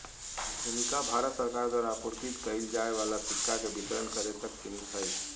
भूमिका भारत सरकार द्वारा आपूर्ति कइल जाय वाला सिक्का के वितरण करे तक सिमित हइ